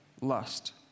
lust